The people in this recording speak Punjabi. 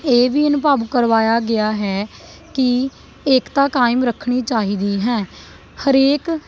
ਇਹ ਵੀ ਅਨੁਭਵ ਕਰਵਾਇਆ ਗਿਆ ਹੈ ਕਿ ਏਕਤਾ ਕਾਇਮ ਰੱਖਣੀ ਚਾਹੀਦੀ ਹੈ ਹਰੇਕ